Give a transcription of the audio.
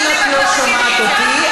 אם את לא שומעת אותי,